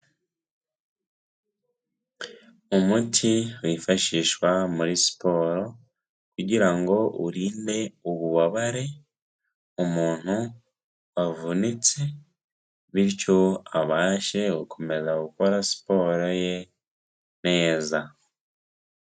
Umuti wifashishwa muri siporo kugira ngo urinde ububabare umuntu wavunitse bityo abashe gukomeza gukora siporo ye neza.